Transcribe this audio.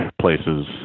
places